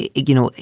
you you know,